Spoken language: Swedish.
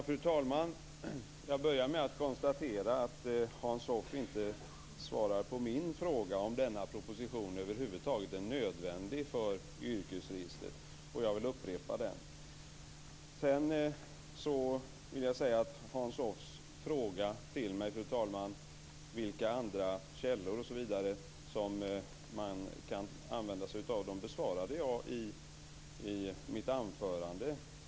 Fru talman! Jag börjar med att konstatera att Hans Hoff inte svarar på min fråga: om denna proposition över huvud taget är nödvändig för yrkesregistret. Jag vill därför upprepa den. Hans Hoffs fråga till mig om vilka andra källor osv. man kan använda besvarade jag i mitt anförande.